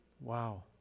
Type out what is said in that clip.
Wow